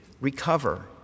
recover